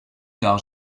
tard